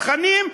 תכנים,